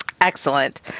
Excellent